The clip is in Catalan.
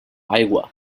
aigua